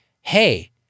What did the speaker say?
hey